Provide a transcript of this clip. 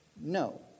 no